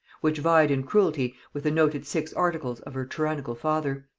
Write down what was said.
which vied in cruelty with the noted six articles of her tyrannical father.